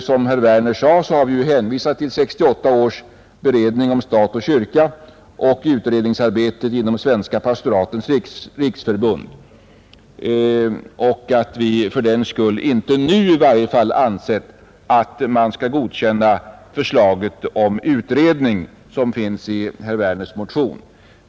Som herr Werner i Malmö sade har vi hänvisat till 1968 års beredning om stat och kyrka och utredningsarbetet inom Svenska pastoratens riksförbund och anser att vi för den skull i varje fall inte nu bör tillstyrka det utredningsförslag som finns i herr Werners motion.